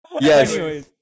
Yes